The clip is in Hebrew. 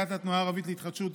וסיעת התנועה הערבית להתחדשות,